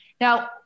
Now